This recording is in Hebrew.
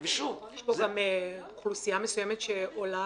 גם אוכלוסייה מסוימת שעולה,